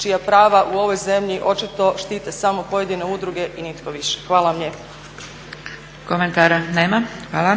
čija prava u ovoj zemlji očito štite samo pojedine udruge i nitko više. Hvala vam lijepo. **Zgrebec, Dragica (SDP)** Komentara nema. Hvala.